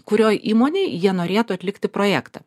kurioj įmonėj jie norėtų atlikti projektą